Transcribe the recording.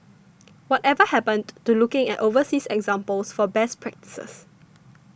whatever happened to looking at overseas examples for best practices